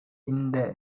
இந்த